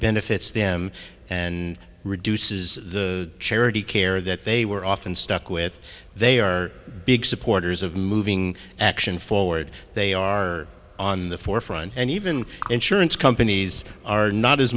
benefits them and reduces the charity care that they were often stuck with they are big supporters of moving action forward they are on the forefront and even insurance companies are not as